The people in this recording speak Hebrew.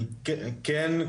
אני כן,